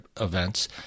events